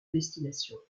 destination